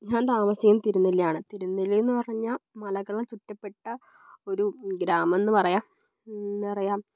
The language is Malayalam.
ഞാൻ താമസിക്കുന്നത് തിരുനെല്ലിയാണ് തിരുനെല്ലിയെന്ന് പറഞ്ഞാൽ മലകൾ ചുറ്റപ്പെട്ട ഒരു ഗ്രാമം എന്നു പറയാം എന്താ പറയുക